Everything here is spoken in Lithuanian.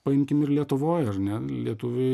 paimkim ir lietuvoj ar ne lietuviai